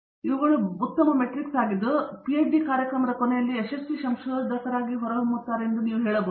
ಇವುಗಳು ಉತ್ತಮ ಮೆಟ್ರಿಕ್ಸ್ ಆಗಿದ್ದು ಅದು ಅವರ ಪಿಎಚ್ಡಿ ಕಾರ್ಯಕ್ರಮದ ಕೊನೆಯಲ್ಲಿ ಯಶಸ್ವಿ ಸಂಶೋಧಕ ಎಂದು ನೀವು ಹೇಳಬಹುದು